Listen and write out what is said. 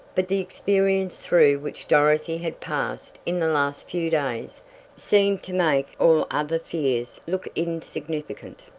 but the experience through which dorothy had passed in the last few days seemed to make all other fears look insignificant.